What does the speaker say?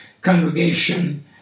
congregation